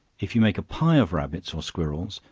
if you make a pie of rabbits or squirrels,